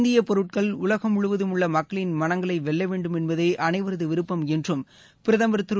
இந்தியப் பொருட்கள் உலகம் முழுவதுமுள்ள மக்களின் மனங்களை வெல்ல வேண்டுமென்பதே அனைவரது விருப்பம் என்றும் பிரதமர் திரு